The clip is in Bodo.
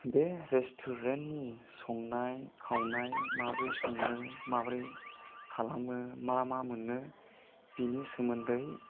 बे रेस्टुरेन्ट नि संनाय खावनाय माबोरै सङो माबोरै खालामो मा मा मोनो बेनि सोमोन्दै